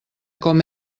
com